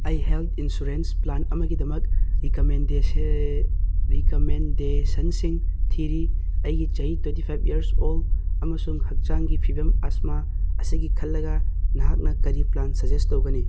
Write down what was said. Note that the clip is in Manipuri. ꯑꯩ ꯍꯦꯜꯠ ꯏꯟꯁꯨꯔꯦꯟꯁ ꯄ꯭ꯂꯥꯟ ꯑꯃꯒꯤꯗꯃꯛ ꯔꯤꯀꯝꯃꯦꯟꯗꯦꯁꯟꯁꯤꯡ ꯊꯤꯔꯤ ꯑꯩꯒꯤ ꯆꯍꯤ ꯇ꯭ꯋꯦꯟꯇꯤ ꯐꯥꯏꯕ ꯏꯌꯔ ꯑꯣꯜ ꯑꯃꯁꯨꯡ ꯍꯛꯆꯥꯡꯒꯤ ꯐꯤꯕꯝ ꯑꯁꯃꯥ ꯑꯁꯤꯒꯤ ꯈꯜꯂꯒ ꯅꯍꯥꯛꯅ ꯀꯔꯤ ꯄ꯭ꯂꯥꯟ ꯁꯖꯦꯁ ꯇꯧꯒꯅꯤ